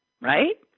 right